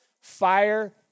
fire